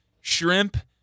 shrimp